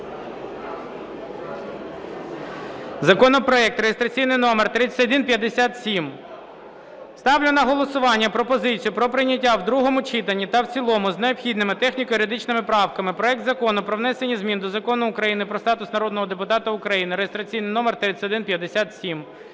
Законопроект реєстраційний номер 3157. Ставлю на голосування пропозицію про прийняття в другому читанні та в цілому з необхідними техніко-юридичними правками проект Закону про внесення змін до Закону України "Про статус народного депутата України" (реєстраційний номер 3157).